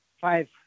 five